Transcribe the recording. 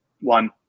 One